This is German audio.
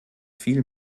viel